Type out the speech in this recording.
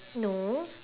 no